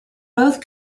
both